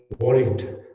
worried